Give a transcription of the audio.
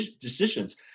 decisions